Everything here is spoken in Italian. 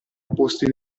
opposti